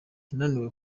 yananiwe